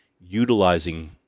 utilizing